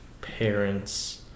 parents